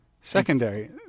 Secondary